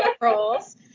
roles